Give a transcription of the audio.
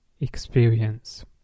Experience